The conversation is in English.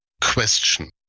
question